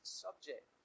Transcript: subject